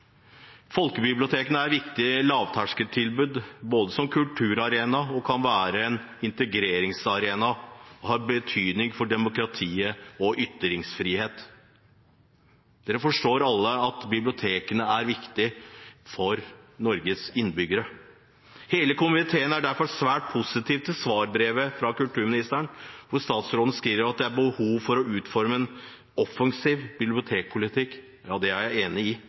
har betydning for demokrati og ytringsfrihet. Alle forstår at bibliotekene er viktig for Norges innbyggere. Hele komiteen er derfor svært positiv til svarbrevet fra kulturministeren, hvor statsråden skriver at det er behov for å utforme en offensiv bibliotekpolitikk – det er jeg enig i